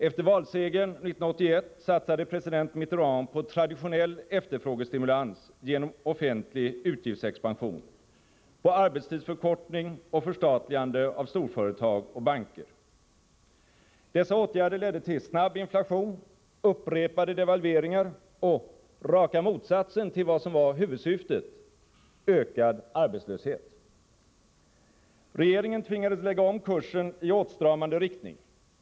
Efter valsegern 1981 satsade president Mitterrand på traditionell efterfrågestimulans genom offentlig utgiftsexpansion, på arbetstidsförkortning och förstatligande av storföretag och banker. Dessa åtgärder ledde till snabb inflation, upprepade devalveringar och — raka motsatsen till vad som var huvudsyftet — ökad arbetslöshet. Regeringen tvingades lägga om kursen i åtstramande riktning.